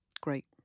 great